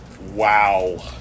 Wow